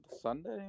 Sunday